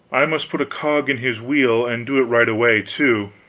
i must put a cog in his wheel, and do it right away, too.